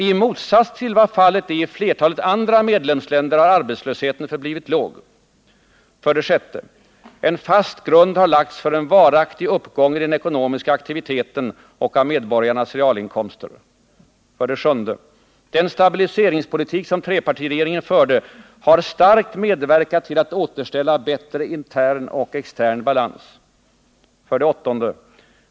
I motsats till vad fallet är i flertalet andra medlemsländer har arbetslösheten förblivit låg. 6. En fast grund har lagts för en varaktig uppgång i den ekonomiska aktiviteten och av medborgarnas realinkomster. 7. Den stabiliseringspolitik som trepartiregeringen förde har starkt medverkat till att återställa bättre intern och extern balans. 8.